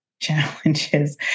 challenges